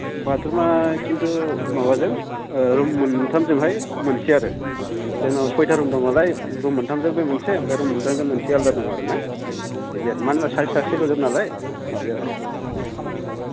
बाथरुमा खिन्थु माबाजों रुम मोन्थामजोंहाय मोनसे आरो जेन'बा सयथा रुम दं नालाय रुम मोनथामजों बे मोनसे ओमफ्राय रुम मोनथामजों मोनसे आलादा दं आरो ना बिदि आरो मानो होनब्ला सासे सासेल'जोब नालाय बिदि आरो अ